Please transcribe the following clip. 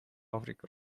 африка